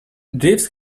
jeeves